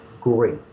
great